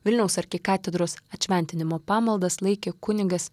vilniaus arkikatedros atšventinimo pamaldas laikė kunigas